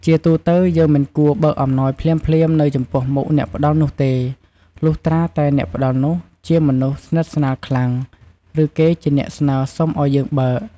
ជាទូទៅ យើង មិនគួរបើកអំណោយភ្លាមៗ នៅចំពោះមុខអ្នកផ្ដល់នោះទេ លុះត្រាតែអ្នកផ្ដល់នោះជាមនុស្សស្និទ្ធស្នាលខ្លាំង ឬគេជាអ្នកស្នើសុំឲ្យយើងបើក។